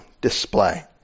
display